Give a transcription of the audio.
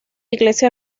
iglesia